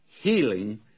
healing